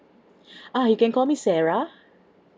ah you can call me sarah